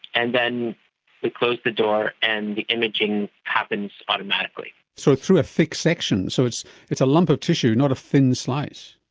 and then we close the door and the imaging happens automatically. so, through a thick section, so it's it's a lump of tissue, not a thin slice?